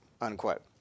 unquote